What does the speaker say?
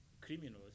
criminals